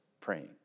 praying